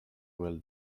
well